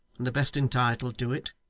and the best entitled to it